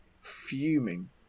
fuming